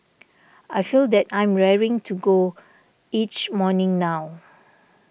I feel that I'm raring to go each morning now